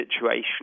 situation